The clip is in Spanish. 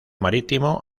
marítimo